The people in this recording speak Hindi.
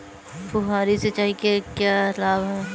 फुहारी सिंचाई के क्या लाभ हैं?